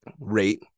rate